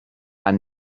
are